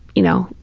you know,